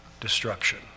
destruction